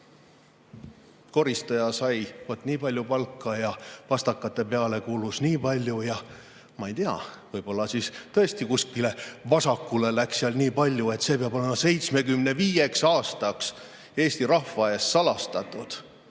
Koristaja sai vot nii palju palka ja pastakate peale kulus nii palju. Ma ei tea, võib-olla siis tõesti kuskile vasakule läks seal nii palju, et see peab olema 75 aastaks Eesti rahva eest salastatud.